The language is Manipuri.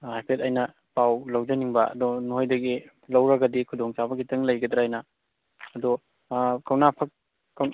ꯍꯥꯏꯐꯦꯠ ꯑꯩꯅ ꯄꯥꯎ ꯂꯧꯖꯅꯤꯡꯕ ꯑꯗꯣ ꯅꯣꯏꯗꯒꯤ ꯂꯧꯔꯒꯗꯤ ꯈꯨꯗꯣꯡ ꯆꯥꯕ ꯈꯤꯇꯪ ꯂꯩꯒꯗ꯭ꯔ ꯍꯥꯏꯅ ꯑꯗꯣ ꯀꯧꯅꯥ ꯐꯛ